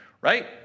right